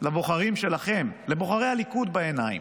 לבוחרים שלכם, לבוחרי הליכוד, בעיניים.